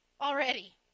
already